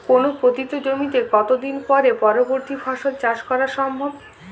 কোনো পতিত জমিতে কত দিন পরে পরবর্তী ফসল চাষ করা সম্ভব?